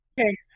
Okay